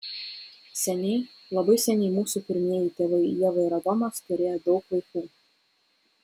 seniai labai seniai mūsų pirmieji tėvai ieva ir adomas turėję daug vaikų